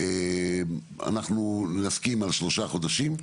אנחנו נסכים על שלושה חודשים.